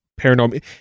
paranormal